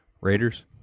Raiders